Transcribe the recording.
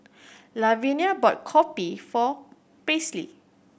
Lavinia bought kopi for Paisley